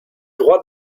droits